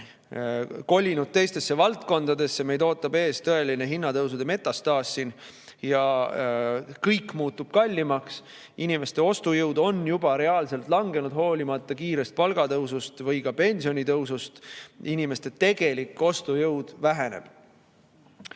kolinud teistesse valdkondadesse. Meid ootab ees tõeline hinnatõusude metastaas ja kõik muutub kallimaks. Inimeste ostujõud on juba reaalselt langenud, hoolimata kiirest palgatõusust või ka pensionitõusust, inimeste tegelik ostujõud väheneb. Eriti